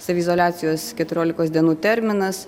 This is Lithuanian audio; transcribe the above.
saviizoliacijos keturiolikos dienų terminas